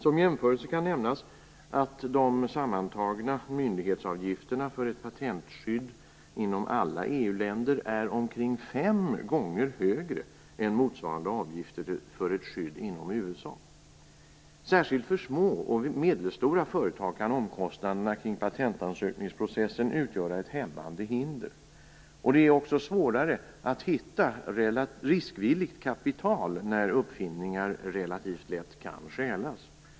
Som jämförelse kan nämnas att de sammantagna myndighetsavgifterna för ett patentskydd inom alla EU-länder är omkring fem gånger högre än motsvarande avgifter för ett skydd i USA. Särskilt för små och medelstora företag kan omkostnaderna kring patentansökningsprocessen utgöra ett hämmande hinder. Det är också svårare att hitta riskvilligt kapital när uppfinningar relativt lätt kan stjälas.